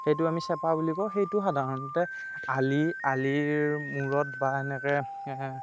সেইটো আমি চেপা বুলি কওঁ সেইটো সাধাৰণতে আলি আলিৰ মূৰত বা এনেকৈ